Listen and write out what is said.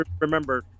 Remember